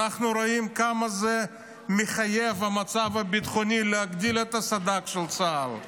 אנחנו רואים כמה המצב הביטחוני מחייב להגדיל את הסד"כ של צה"ל,